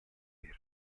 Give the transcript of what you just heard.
verdi